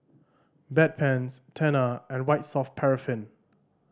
Bedpans Tena and White Soft Paraffin